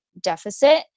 deficit